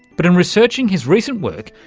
but in researching his recent work,